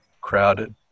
crowded